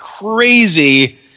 crazy